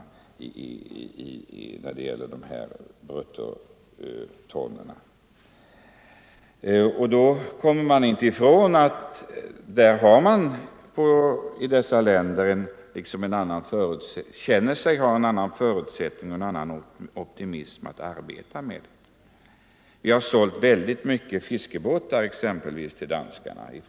Då kan vi inte komma ifrån att man i dessa länder känner sig ha andra förutsättningar och en annan optimism att arbeta med. Vi har sålt väldigt många fiskebåtar från Sverige till Danmark.